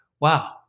wow